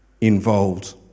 involved